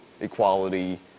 Equality